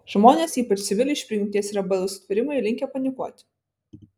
žmonės ypač civiliai iš prigimties yra bailūs sutvėrimai linkę panikuoti